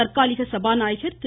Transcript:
தற்காலிக சபாநாயகர் திரு